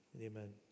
Amen